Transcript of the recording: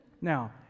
Now